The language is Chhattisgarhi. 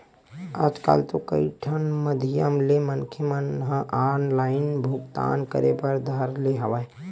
आजकल तो कई ठन माधियम ले मनखे मन ह ऑनलाइन भुगतान करे बर धर ले हवय